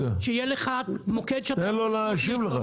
שיהיה לך מוקד שאתה יכול לפנות אליו ולהתלונן.